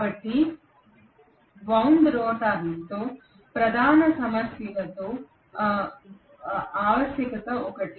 కాబట్టి వౌండ్ రోటర్తో ప్రధాన సమస్యలలో వశ్యత ఒకటి